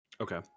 Okay